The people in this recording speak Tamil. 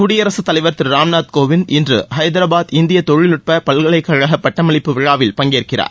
குடியரசுத் தலைவர் திரு ராம் நாத் கோவிந்த் இன்று ஐதராபாத் இந்திய தொழில்நட்பக்கழக பட்டமளிப்பு விழாவில் பங்கேற்கிறார்